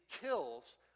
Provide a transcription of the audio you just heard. kills